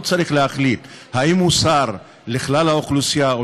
הוא צריך להחליט אם הוא שר לכלל האוכלוסייה או